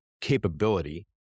capability